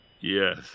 Yes